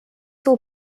will